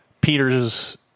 Peter's